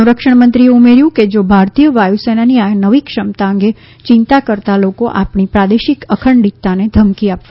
સંરક્ષણમંત્રીએ ઉમેર્યું કે જો ભારતીય વાયુસેનાની આ નવી ક્ષમતા અંગે ચિંતા કરતા લોકો આપણી પ્રાદેશિક અખંડિતતાને ધમકી આપવા માંગે છે